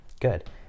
Good